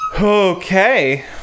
Okay